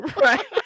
Right